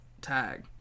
tag